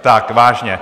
Tak vážně.